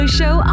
show